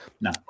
No